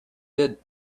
did